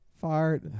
Fart